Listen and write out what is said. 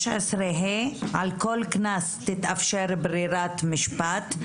16ה. על כל קנס תתאפשר ברירת משפט.